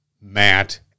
Matt